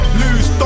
lose